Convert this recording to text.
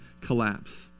collapse